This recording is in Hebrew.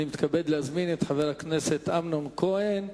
אני מתכבד להזמין את חבר הכנסת אמנון כהן.